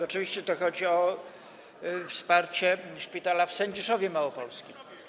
Oczywiście chodzi tu o wsparcie szpitala w Sędziszowie Małopolskim.